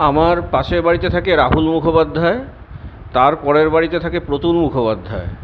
আমার পাশের বাড়িতে থাকে রাহুল মুখোপাধ্যায় তার পরের বাড়িতে থাকে প্রতুল মুখোপাধ্যায়